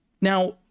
now